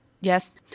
yes